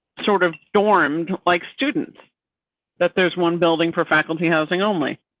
sort of stormed, like, students that there's one building for faculty housing only.